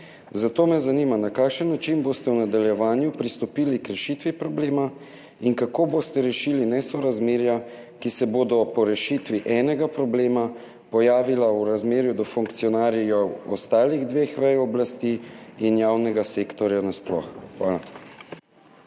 Zato me zanima: Na kakšen način boste v nadaljevanju pristopili k rešitvi problema? Kako boste rešili nesorazmerja, ki se bodo po rešitvi enega problema pojavila v razmerju do funkcionarjev ostalih dveh vej oblasti in javnega sektorja nasploh? Hvala.